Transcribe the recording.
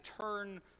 turn